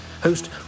host